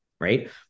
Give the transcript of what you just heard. right